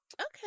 okay